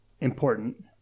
important